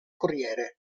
corriere